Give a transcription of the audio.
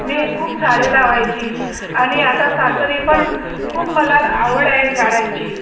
मी खूप झाडे लावायची आणि आता सासरी पण खूप मला आवड आहे झाडांची